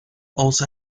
also